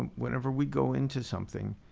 um whenever we go into something,